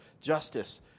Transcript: justice